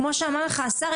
כמו שאמר לך השר,